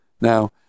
Now